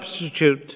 substitute